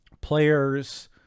players